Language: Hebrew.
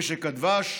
משק הדבש,